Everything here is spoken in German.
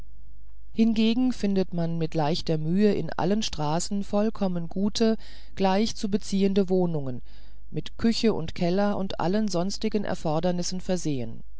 hingegen findet man mit leichter mühe in allen straßen vollkommen gute gleich zu beziehende wohnungen mit küche und keller und allen sonstigen erfordernissen versehen